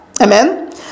Amen